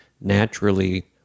naturally